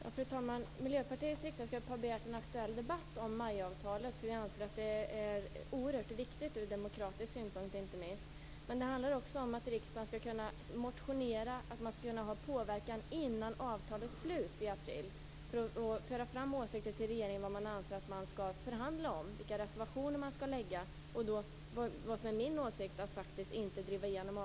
Fru talman! Miljöpartiets riksdagsgrupp har begärt en aktuell debatt om MAI-avtalet. Vi anser att det är oerhört viktigt ur inte minst demokratisk synpunkt. Men det handlar också om att riksdagen skall kunna motionera och påverka innan avtalet sluts i april, föra fram åsikter till regeringen om vad man anser att vi skall förhandla om, vilka reservationer vi skall lägga och - vilket är min åsikt - se till att avtalet inte drivs igenom.